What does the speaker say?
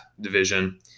division